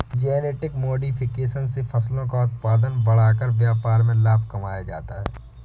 genetic modification से फसलों का उत्पादन बढ़ाकर व्यापार में लाभ कमाया जाता है